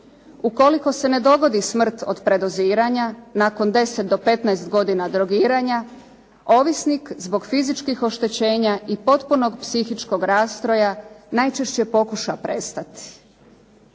Ukoliko se ne dogodi smrt od predoziranja nakon 10-15 godina drogiranja, ovisnik zbog fizičkih oštećenja i potpunog psihičkog rastroja najčešće pokuša prestati.